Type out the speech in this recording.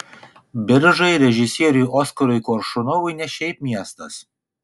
biržai režisieriui oskarui koršunovui ne šiaip miestas